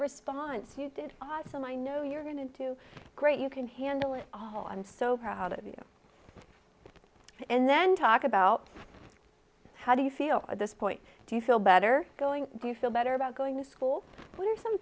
response you did awesome i know you're going to do great you can handle it all i'm so proud of you and then talk about how do you feel at this point do you feel better going do you feel better about going to schools